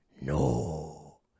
no